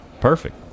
Perfect